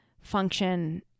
function